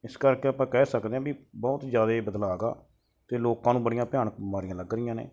ਇਸ ਕਰਕੇ ਆਪਾਂ ਕਹਿ ਸਕਦੇ ਹਾਂ ਵੀ ਬਹੁਤ ਜ਼ਿਆਦਾ ਬਦਲਾਅ ਗਾ ਅਤੇ ਲੋਕਾਂ ਨੂੰ ਬੜੀਆਂ ਭਿਆਨਕ ਬਿਮਾਰੀਆਂ ਲੱਗ ਰਹੀਆਂ ਨੇ